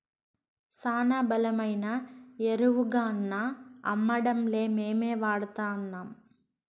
శానా బలమైన ఎరువుగాన్నా అమ్మడంలే మేమే వాడతాన్నం